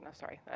ah sorry,